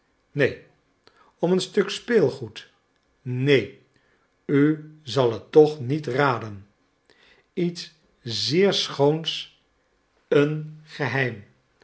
neen om een stuk speelgoed neen u zal het toch niet raden iets zeer schoons een geheim